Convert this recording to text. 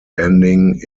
ending